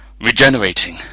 regenerating